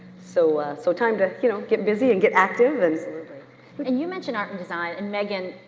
so so time to you know get busy and get active. and and you mentioned art and design and megan,